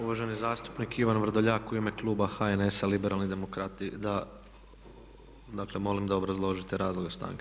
Uvaženi zastupnik Ivan Vrdoljak u ime Kluba HNS-a –Liberalni demokrati da, dakle molim da obrazložite razloge stanke.